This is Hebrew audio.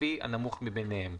לפי הנמוך מביניהם.